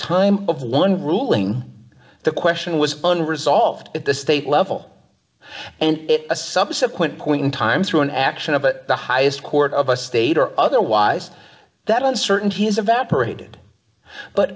time of one ruling the question was unresolved at the state level and a subsequent point in time through an action of the highest court of a state or otherwise that uncertainty has evaporated but